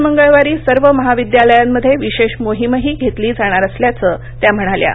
दर मंगळवारी सर्व महाविद्यालयांमध्ये विशेष मोहीमही घेतली जाणार असल्याचं त्या म्हणाल्या